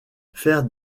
faire